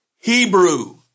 Hebrew